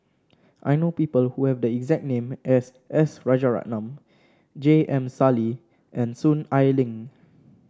I know people who have the exact name as S Rajaratnam J M Sali and Soon Ai Ling